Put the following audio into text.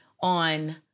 on